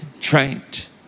trained